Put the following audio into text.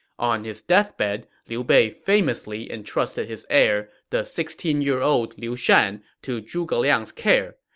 on his deathbed, liu bei famously entrusted his heir, the sixteen year old liu shan, to zhuge liang's care.